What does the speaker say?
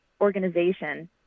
organization